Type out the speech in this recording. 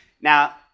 now